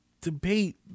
debate